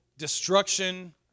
destruction